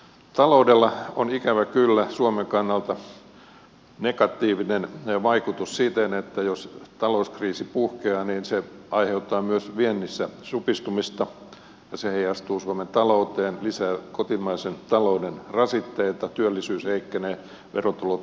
taloudella on ikävä kyllä suomen kannalta negatiivinen vaikutus siten että jos talouskriisi puhkeaa niin se aiheuttaa myös viennissä supistumista ja se heijastuu suomen talouteen lisää kotimaisen talouden rasitteita työllisyys heikkenee verotulot alenevat